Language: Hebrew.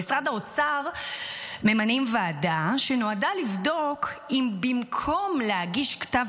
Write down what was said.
במשרד האוצר ממנים ועדה שנועדה לבדוק אם במקום להגיש כתב